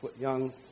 young